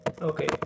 Okay